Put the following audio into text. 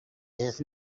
his